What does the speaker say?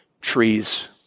Trees